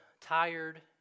tired